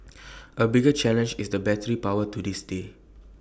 A bigger challenge is the battery power to this day